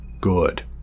Good